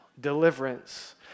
deliverance